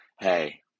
hey